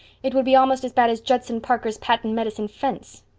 it would be almost as bad as judson parker's patent medicine fence.